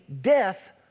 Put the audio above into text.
death